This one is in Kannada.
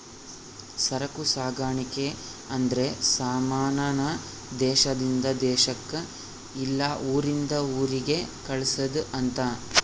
ಸರಕು ಸಾಗಣೆ ಅಂದ್ರೆ ಸಮಾನ ನ ದೇಶಾದಿಂದ ದೇಶಕ್ ಇಲ್ಲ ಊರಿಂದ ಊರಿಗೆ ಕಳ್ಸದ್ ಅಂತ